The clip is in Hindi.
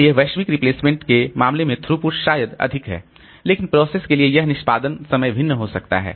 इसलिए वैश्विक रिप्लेसमेंट के मामले में थ्रूपुट शायद अधिक है लेकिन प्रोसेस के लिए यह निष्पादन समय भिन्न हो सकता है